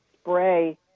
spray